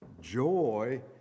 Joy